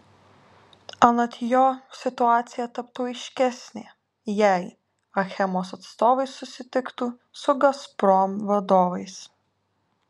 anot jo situacija taptų aiškesnė jei achemos atstovai susitiktų su gazprom vadovais